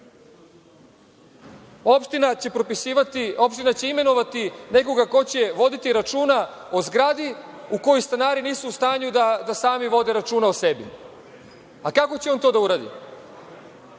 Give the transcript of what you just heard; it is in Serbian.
bolje. Opština će imenovati nekoga ko će voditi računa o zgradi u kojoj stanari nisu u stanju da sami vode računa o sebi. Kako će on to da uradi?